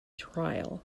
trial